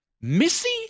Missy